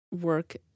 work